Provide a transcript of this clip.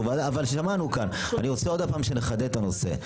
אני רוצה שוב שנחדד את הנושא.